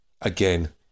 again